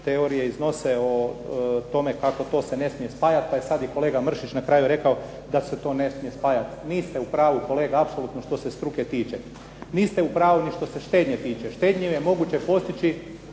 teorije iznose o tome kako to se ne smije spajati. Pa je sada kolega Mršić na kraju rekao da se to ne smije spajati. Niste u pravu kolega apsolutno što se struke tiče. Niste u pravu ni što se štednje tiče. Štednju je moguće postići